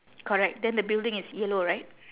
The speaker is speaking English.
correct then the building is yellow right